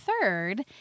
third